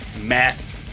math